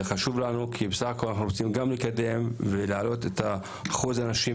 זה חשוב לנו כי בסך-הכול אנחנו גם רוצים לקדם ולהעלות את אחוז האנשים.